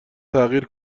تغییر